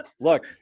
Look